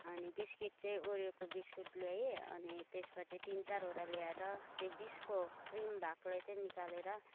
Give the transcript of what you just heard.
अनि बिस्कुट चाहिँ ओरियोको बिस्कुट ल्याएँ अनि त्यसपछि तिन चारवटा लिएर त्यो बिचको क्रिम भागलाई चाहिँ निकालेर